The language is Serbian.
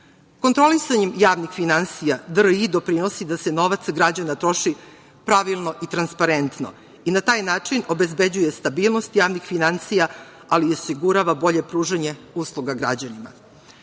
Kontrolisanjem javnih finansija DRI doprinosi da se novac građana troši pravilno i transparentno i na taj način obezbeđuje stabilnost javnih finansija, ali i osigurava bolje pružanje usluga građanima. Posebna